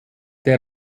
der